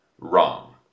wrong